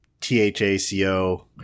THACO